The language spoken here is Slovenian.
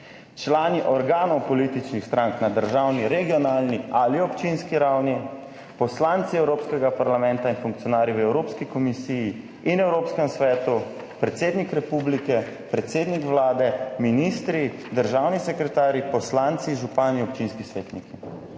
Člani organov političnih strank na državni, regionalni ali občinski ravni, poslanci Evropskega parlamenta in funkcionarji v Evropski komisiji in Evropskem svetu, predsednik republike, predsednik vlade, ministri, državni sekretarji, poslanci, župani, občinski svetniki,